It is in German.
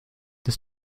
das